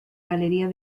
galería